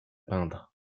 peindre